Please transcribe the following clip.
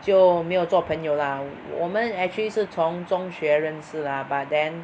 就没有做朋友 lah 我们 actually 是从中学认识 lah but then